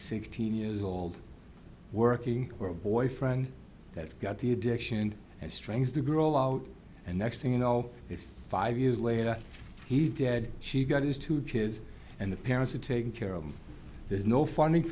sixteen years old working for a boyfriend that's got the addiction and strength to grow out and next thing you know it's five years later he's dead she got his two kids and the parents are taking care of him there's no funding